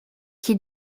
qui